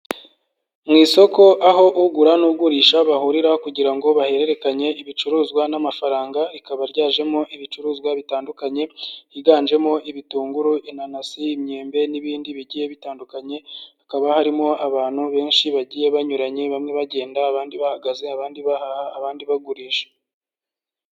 Mu isoko aho ugura n'ugurisha bahurira kugira ngo bahererekanye ibicuruzwa n'amafaranga rikaba ryajemo ibicuruzwa bitandukanye higanjemo: ibitunguru, inanasi, imyembe n'ibindi bigiye bitandukanye, hakaba harimo abantu benshi bagiye banyuranye bamwe bagenda, abandi bahagaze, abandi bahaha, abandi bagurisha.